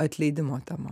atleidimo tema